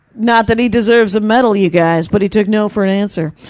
not that he deserves a medal you guys, but he took no for an answer.